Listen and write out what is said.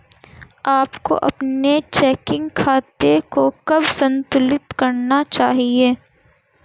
आपको अपने चेकिंग खाते को कब संतुलित करना चाहिए?